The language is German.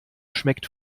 schmeckt